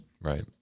Right